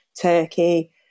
turkey